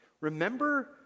Remember